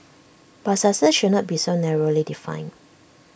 but success should not be so narrowly defined